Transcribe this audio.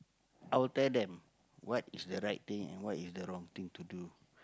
I'll tell them what is the right thing and what is the wrong thing to do